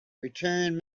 return